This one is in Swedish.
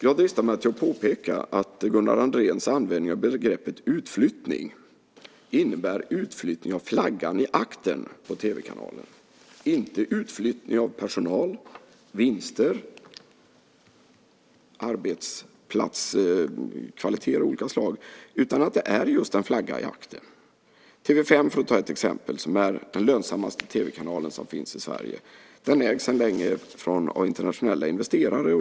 Jag dristar mig att påpeka att Gunnar Andréns användning av begreppet utflyttning innebär utflyttning av flaggan i aktern på tv-kanalen, inte utflyttning av personal, vinster och arbetsplatskvaliteter av olika slag, utan det är just en flagga i aktern. TV 5, för att ta ett exempel, är den lönsammaste tv-kanalen som finns i Sverige. Den ägs sedan länge av internationella investerare.